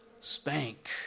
Spank